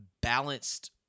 balanced